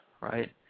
right